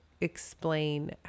explain